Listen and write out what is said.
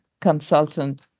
consultant